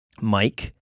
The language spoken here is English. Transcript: Mike